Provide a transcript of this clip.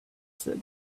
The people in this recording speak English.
that